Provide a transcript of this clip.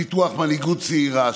פיתוח מנהיגות צעירה,